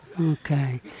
Okay